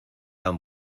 han